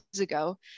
ago